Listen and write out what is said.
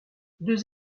deux